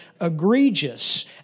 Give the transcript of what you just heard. egregious